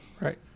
Right